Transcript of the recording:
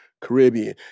Caribbean